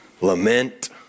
Lament